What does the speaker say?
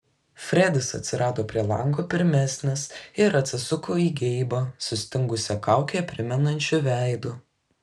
fredis atsirado prie lango pirmesnis ir atsisuko į geibą sustingusią kaukę primenančiu veidu